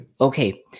Okay